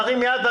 תרים יד.